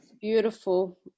Beautiful